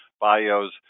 bios